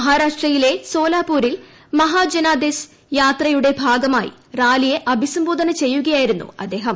മഹാരാഷ്ട്രയിലെ സോലാപൂരിൽ മഹാജനാദേശ് യാത്രയുടെ ഭാഗമായി റാലിയെ അഭിസംബോധന ചെയ്യുകയായിരുന്നു അദ്ദേഹം